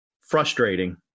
frustrating